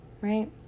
right